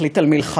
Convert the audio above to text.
להחליט על מלחמה,